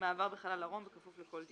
מעבר בחלל הרום בכפוף לכל דין.